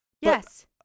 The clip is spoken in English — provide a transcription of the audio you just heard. Yes